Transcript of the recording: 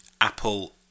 Apple